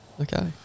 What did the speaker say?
Okay